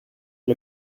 que